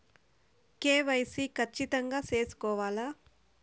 KYC ఖచ్చితంగా సేసుకోవాలా